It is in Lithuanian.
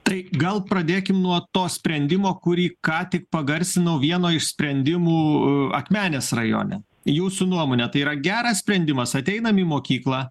tai gal pradėkim nuo to sprendimo kurį ką tik pagarsinau vieno iš sprendimų akmenės rajone jūsų nuomone tai yra geras sprendimas ateinam į mokyklą